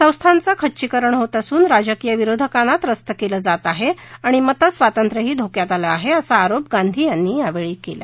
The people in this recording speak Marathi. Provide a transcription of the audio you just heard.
संस्थांचं खच्चीकरण होत असून राजकीय विरोधकांना त्रस्त केलं जात आहे आणि मतस्वातंत्र्यही धोक्यात आलं आहे असा आरोपही गांधी यांनी यावेळी केला